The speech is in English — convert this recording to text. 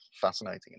fascinating